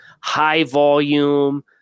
high-volume